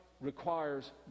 requires